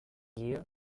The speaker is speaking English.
year